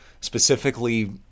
specifically